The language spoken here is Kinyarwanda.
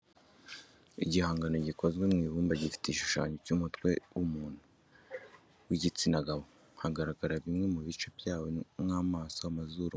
Igihangano gikoze mu ibumba gifite ishusho y'umutwe w'umuntu w'igitsina gabo, hagaragara bimwe mu bice byawo nk'amaso amazuru, umunwa, ugutwi kumwe, kikaba giteretse ku meza ariho ivumbi. Ni igihangano ubona ko kimaze igihe kinini kuko gisa n'icyangiritse.